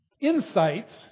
insights